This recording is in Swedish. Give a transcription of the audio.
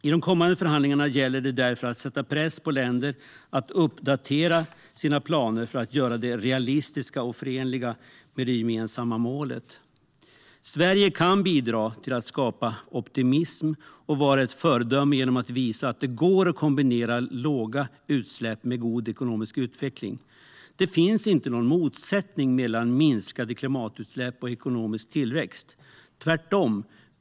I de kommande förhandlingarna gäller det därför att sätta press på länder att uppdatera sina planer för att göra dem realistiska och förenliga med det gemensamma målet. Sverige kan bidra till att skapa optimism och vara ett föredöme genom att visa att det går att kombinera låga utsläpp med god ekonomisk utveckling. Det finns inte någon motsättning mellan minskade klimatutsläpp och ekonomisk tillväxt, tvärtom.